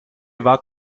war